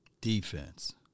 Defense